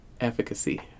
efficacy